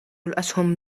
الأسهم